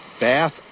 Bath